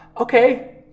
okay